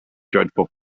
dreadful